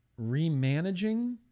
remanaging